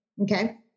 Okay